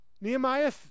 Nehemiah